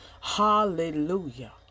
Hallelujah